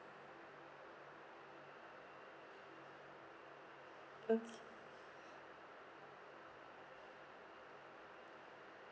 okay